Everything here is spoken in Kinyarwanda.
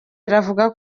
avuga